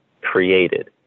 created